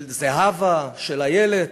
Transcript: של זהבה, של איילת,